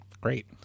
great